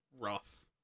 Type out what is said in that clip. rough